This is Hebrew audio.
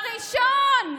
הראשון,